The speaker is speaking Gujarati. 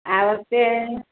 આ વર્ષે